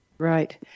Right